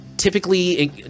typically